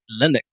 Linux